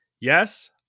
Yes